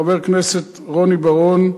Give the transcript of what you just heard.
חבר הכנסת רוני בר-און,